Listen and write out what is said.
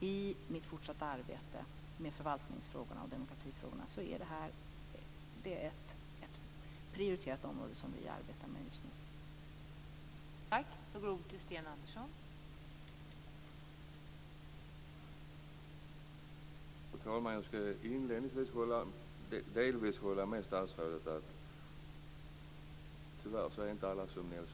I mitt fortsatta arbete med förvaltningsfrågorna och demokratifrågorna blir det här ett prioriterat område och det arbetar vi med just nu.